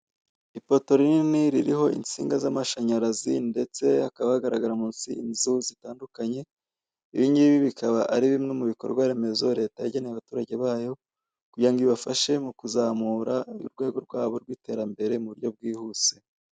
Ipoto rinini ririho insinga z'amashanyarazi ndetse hakaba hagaragara munsi inzu zitandukanye, ibi ngibi bikaba ari bimwe mu bikorwa remezo leta yageneye abaturage bayo kugira ngo ibafashe mu kuzamura urwego rwabo rw'iterambere mu buryo bwihuse.